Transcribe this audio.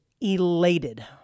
elated